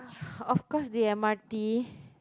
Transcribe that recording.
of course the M_R_T